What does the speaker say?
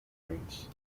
trains